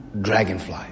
dragonfly